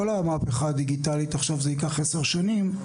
המהפכה הדיגיטלית עכשיו זה ייקח עשר שנים,